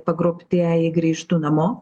pagrobtieji grįžtų namo